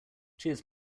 cheers